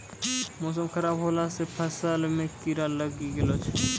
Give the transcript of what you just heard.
मौसम खराब हौला से फ़सल मे कीड़ा लागी जाय छै?